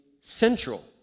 central